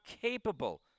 capable